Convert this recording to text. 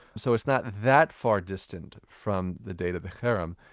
so it's not that far distant from the date of the cherem.